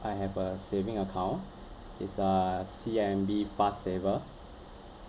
I have a saving account is uh C_I_M_B fast saver